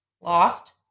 lost